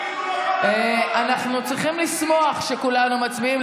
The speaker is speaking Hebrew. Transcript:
אנחנו צריכים לשמוח שכולנו מצביעים.